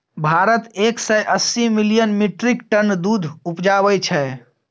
भारत एक सय अस्सी मिलियन मीट्रिक टन दुध उपजाबै छै